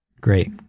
Great